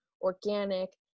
organic